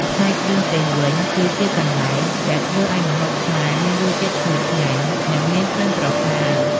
ផ្នែកគ្រឿងទេសវិញ គឺជាកន្លែងដែលធ្វើឱ្យម្ហូបខ្មែរមានរសជាតិឈ្ងុយឆ្ងាញ់ និងមានក្លិនប្រហើរ។